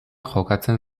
jokatzen